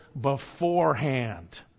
beforehand